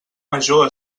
major